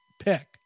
pick